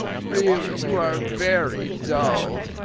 really you are very dull!